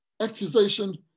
accusation